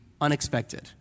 unexpected